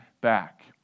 back